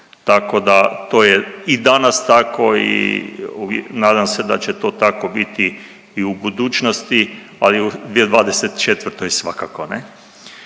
tako da to je i danas tako i nadam se da će to tako biti i u budućnosti, ali u 2024. svakako ne.